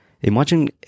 Imagine